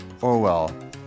Orwell